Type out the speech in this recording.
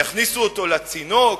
יכניסו אותו לצינוק?